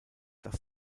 dass